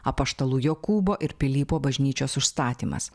apaštalų jokūbo ir pilypo bažnyčios užstatymas